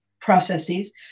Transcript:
processes